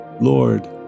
Lord